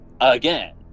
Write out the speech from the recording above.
again